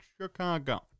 Chicago